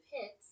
hits